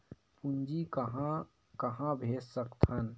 पूंजी कहां कहा भेज सकथन?